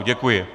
Děkuji.